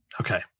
okay